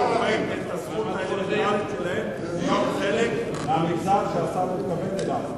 הם גם חלק מהמגזר שהשר מתכוון אליו.